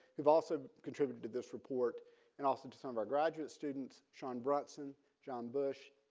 you've also contributed to this report and also to some of our graduate students sean brunson, john bush,